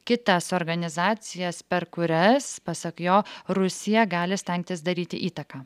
kitas organizacijas per kurias pasak jo rusija gali stengtis daryti įtaką